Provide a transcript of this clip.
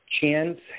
Chance